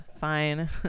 Fine